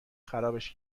خرابش